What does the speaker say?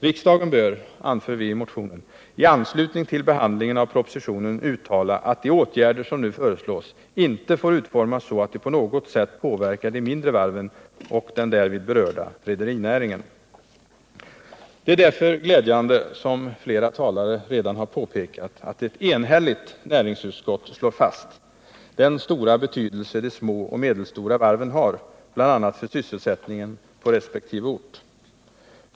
Riksdagen bör — anför vi i motionen — i anslutning till behandlingen av propositionen uttala att de åtgärder som nu föreslås inte får utformas så att de på något sätt påverkar de mindre varven och den därvid berörda rederinäringen. Det är därför glädjande, som flera talare redan har påpekat, att ett enigt utskott slår fast den stora betydelse de små och medelstora varven har, bl.a. för sysselsättningen på resp. ort.